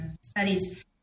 studies